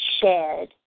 shared